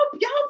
Y'all